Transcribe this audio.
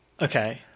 Okay